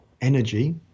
energy